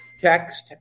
text